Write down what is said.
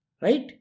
right